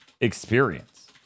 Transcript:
experience